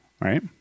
Right